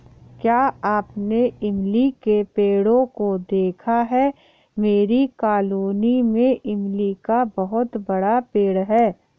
क्या आपने इमली के पेड़ों को देखा है मेरी कॉलोनी में इमली का बहुत बड़ा पेड़ है